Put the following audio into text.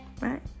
right